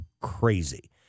crazy